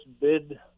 bid